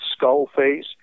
Skullface